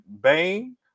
Bane